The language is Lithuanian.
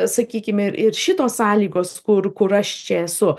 sakykim ir ir šitos sąlygos kur kur aš čia esu